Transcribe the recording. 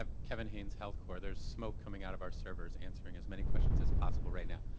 kevin hanes healthcore there's smoke coming out of our servers answering as many questions as possible right now.